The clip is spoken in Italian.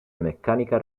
meccanica